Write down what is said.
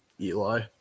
Eli